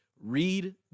read